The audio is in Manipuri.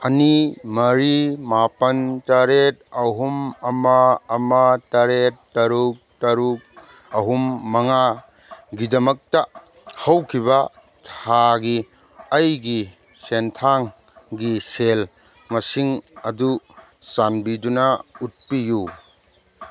ꯑꯅꯤ ꯃꯔꯤ ꯃꯥꯄꯟ ꯇꯔꯦꯠ ꯑꯍꯨꯝ ꯑꯃ ꯑꯃ ꯇꯔꯦꯠ ꯇꯔꯨꯛ ꯇꯔꯨꯛ ꯑꯍꯨꯝ ꯃꯉꯥꯒꯤꯗꯃꯛꯇ ꯍꯧꯈꯤꯕ ꯊꯥꯒꯤ ꯑꯩꯒꯤ ꯁꯦꯟꯊꯥꯡꯒꯤ ꯁꯦꯜ ꯃꯁꯤꯡ ꯑꯗꯨ ꯆꯥꯟꯕꯤꯗꯨꯅ ꯎꯠꯄꯤꯎ